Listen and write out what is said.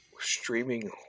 Streaming